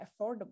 affordable